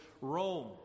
Rome